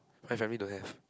my family don't have